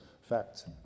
facts